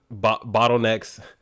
bottlenecks